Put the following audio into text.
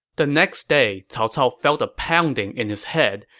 the next day, cao cao felt a pounding in his head,